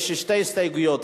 יש שתי הסתייגויות,